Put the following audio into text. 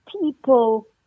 people